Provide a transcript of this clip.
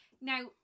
Now